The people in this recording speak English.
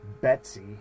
Betsy